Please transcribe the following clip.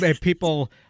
people